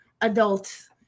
adult